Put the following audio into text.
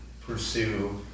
pursue